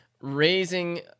raising